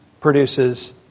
produces